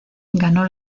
ganó